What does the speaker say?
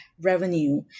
revenue